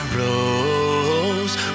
rose